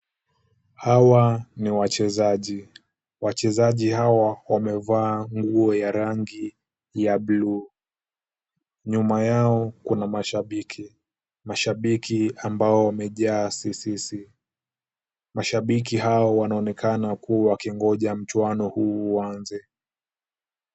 Hawa ni wachezaji. Wachezaji hawa wamevaa nguo ya rangi ya buluu. Nyuma yao kuna mashabiki, mashabiki ambao wamejaa si si si. Mashabiki hao wanaoonekana kuwa wakingoja mchuano huu uanze.